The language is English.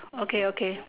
okay okay